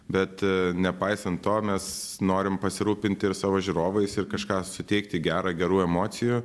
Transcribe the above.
bet nepaisant to mes norim pasirūpinti ir savo žiūrovais ir kažką suteikti gerą gerų emocijų